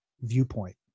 viewpoint